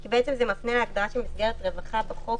כי זה מפנה להגדרה של מסגרת רווחה בחוק,